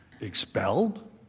expelled